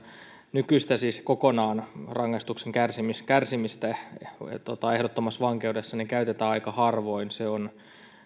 nykyistä rangaistuksen kärsimistä kärsimistä kokonaan ehdottomassa vankeudessa käytetään aika harvoin se on